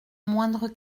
moindre